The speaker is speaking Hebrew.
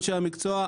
אנשי המקצוע,